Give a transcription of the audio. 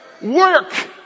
work